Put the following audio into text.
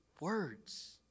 Words